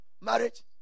Marriage